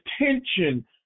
attention